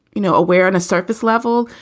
you know, aware on a surface level,